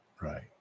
right